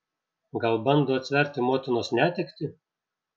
gal bando atsverti motinos netektį